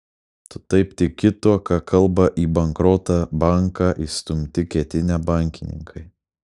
tu taip tiki tuo ką kalba į bankrotą banką įstumti ketinę bankininkai